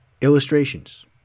illustrations